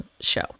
show